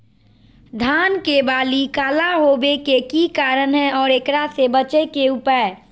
धान के बाली काला होवे के की कारण है और एकरा से बचे के उपाय?